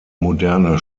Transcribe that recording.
moderne